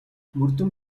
мөрдөн